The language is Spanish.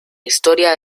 historia